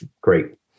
great